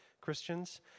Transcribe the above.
Christians